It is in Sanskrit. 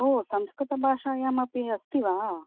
ओ संकृतभाषायामपि अस्ति वा